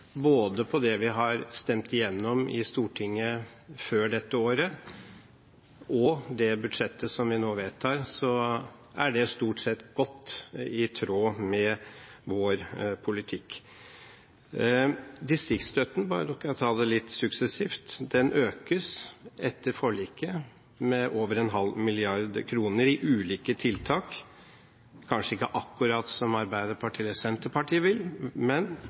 både det som vi har stemt igjennom i Stortinget før dette året, og det budsjettet som vi nå skal vedta, er det stort sett godt i tråd med vår politikk. For å ta det litt suksessivt: Distriktsstøtten økes etter forliket med mer enn en halv milliard kroner til ulike tiltak – kanskje ikke akkurat som Arbeiderpartiet eller Senterpartiet ville, men